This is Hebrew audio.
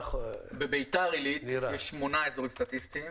בביתר עילית יש שמונה אזורים סטטיסטיים,